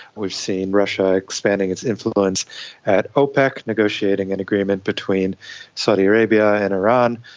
we've seen russia expanding its influence at opec, negotiating an agreement between saudi arabia and iran.